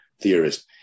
theorist